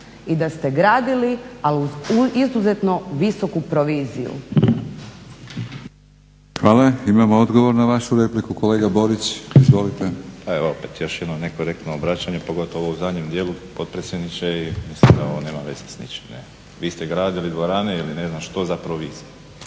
i da ste gradili ali uz izuzetno visoku proviziju.